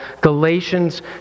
Galatians